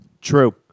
True